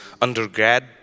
undergrad